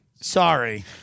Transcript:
Sorry